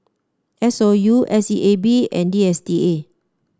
S O U S E A B and D S T A